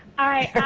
i